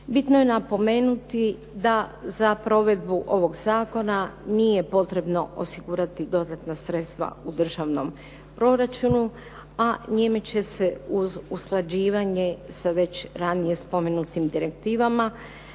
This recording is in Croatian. Bitno je napomenuti da za provedbu ovog zakona nije potrebno osigurati dodatna sredstva u državnom proračunu, a njime će se uz usklađivanje sa već ranije spomenutim direktivama